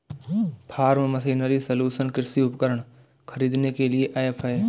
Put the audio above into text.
form machinery solution कृषि उपकरण खरीदने के लिए ऐप है